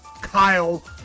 Kyle